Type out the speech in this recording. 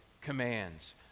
commands